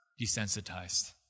desensitized